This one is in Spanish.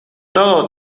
todo